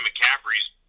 McCaffrey's